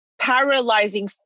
paralyzing